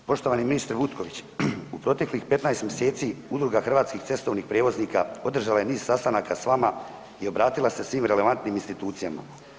Poštovani ministre Butković u proteklih 15 mjeseci Udruga hrvatskih cestovnih prijevoznika održala je niz sastanaka s vama i obratila se relevantnim institucijama.